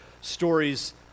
stories